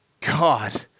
God